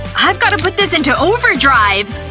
i've gotta put this into overdrive!